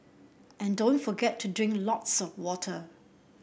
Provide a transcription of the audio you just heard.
and don't forget to drink lots of water